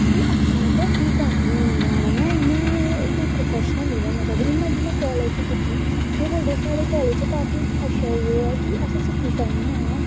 एह् अपनै तै ई गानी होनी गाना में इयां कोई प्रोफैशनल नी बनना चाह्नी हून में जियां कालेज़ च पुज्जी केह् बोलदे साढ़े कालेज़ च काफी अछ्चा ओह् ऐ कि अस सिक्खी सकने ऐं